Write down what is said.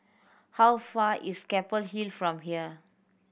how far is Keppel Hill from here